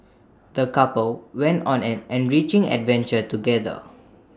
the couple went on an enriching adventure together